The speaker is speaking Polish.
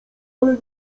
ale